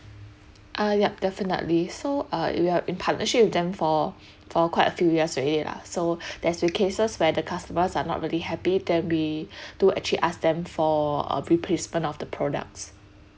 uh yup definitely so uh we are in partnership with them for for quite a few years already lah so there's been cases where the customers are not really happy then we do actually ask them for a replacement of the products